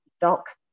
docs